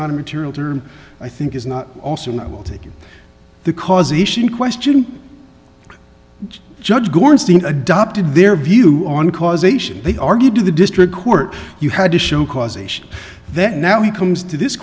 not a material term i think is not also taking the causation question judge gorenstein adopted their view on causation they argued to the district court you had to show causation that now he comes to this